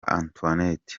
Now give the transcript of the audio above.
antoinette